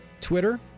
Twitter